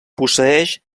posseeix